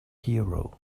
hero